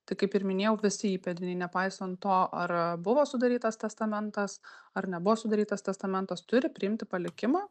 tai kaip ir minėjau visi įpėdiniai nepaisan to ar buvo sudarytas testamentas ar nebuvo sudarytas testamentas turi priimti palikimą